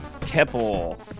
Keppel